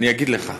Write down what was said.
אני אגיד לך: